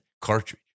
cartridge